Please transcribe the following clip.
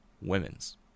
womens